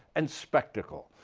and spectacles.